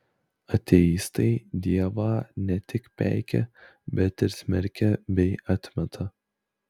ateistai dievą ne tik peikia bet ir smerkia bei atmeta